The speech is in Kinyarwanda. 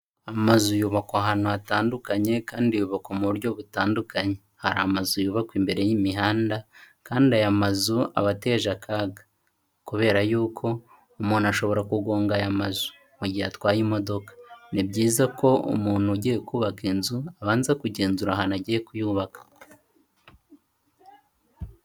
Amazu yubakwa ahantu hatandukanye kandi yubakwa mu buryo butandukanye, hari amazu yubakwa imbere y'imihanda kandi aya mazu aba ateje akaga, kubera yuko umuntu ashobora kugonga aya mazu mu gihe atwaye imodoka. Ni byiza ko umuntu ugiye kubaka inzu abanza kugenzura ahantu agiye kuyubaka.